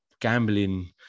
gambling